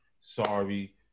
Sorry